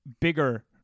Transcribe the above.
bigger